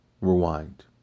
rewind